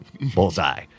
Bullseye